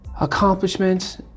accomplishments